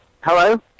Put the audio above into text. hello